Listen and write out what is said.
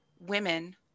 women